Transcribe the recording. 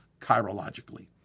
chirologically